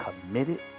committed